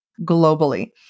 globally